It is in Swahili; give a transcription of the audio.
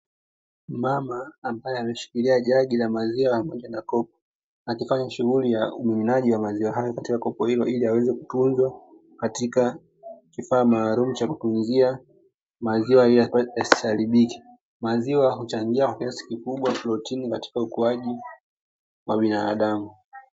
Mmama ambae ameshikilia jagi la maziwa pamoja na kopo akifanya shughuli ya umiminaji wa maziwa hayo katika kopo hilo ili yaweze kutunzwa katika kifaa maalumu cha kutunzia maziwa ili yasiharibike. Maziwa huchangia kwa kiasi kikubwa protini katika ukuaji wa binadamu.